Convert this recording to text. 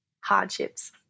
hardships